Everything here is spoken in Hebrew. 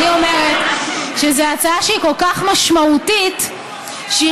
אני אומרת שזו הצעה שהיא כל כך משמעותית שהיא